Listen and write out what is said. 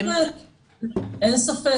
אין ספק.